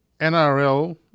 NRL